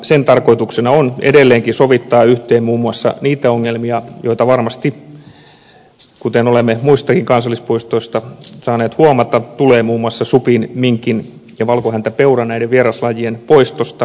sen tarkoituksena on edelleenkin sovittaa yhteen muun muassa niitä ongelmia joita varmasti kuten olemme muistakin kansallispuistoista saaneet huomata tulee muun muassa supin minkin ja valkohäntäpeuran näiden vieraslajien poistosta